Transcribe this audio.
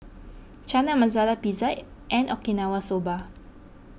Chana Masala Pizza and Okinawa Soba